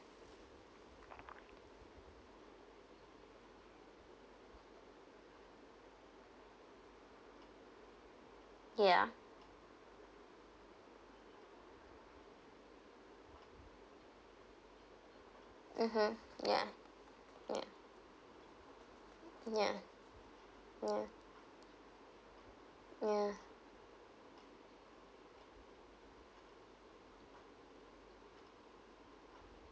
ya mmhmm ya ya ya ya ya